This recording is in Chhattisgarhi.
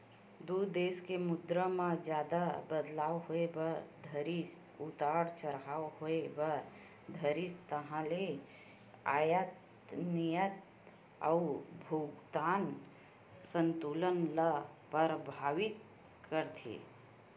दू देस के मुद्रा म जादा बदलाव होय बर धरिस उतार चड़हाव होय बर धरिस ताहले अयात निरयात अउ भुगतान संतुलन ल परभाबित करथे